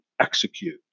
execute